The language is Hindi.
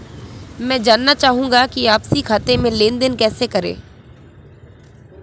मैं जानना चाहूँगा कि आपसी खाते में लेनदेन कैसे करें?